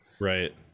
Right